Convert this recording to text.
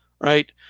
right